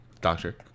Doctor